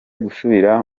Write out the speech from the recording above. gusubira